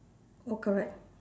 all correct